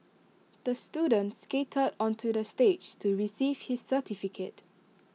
the student skated onto the stage to receive his certificate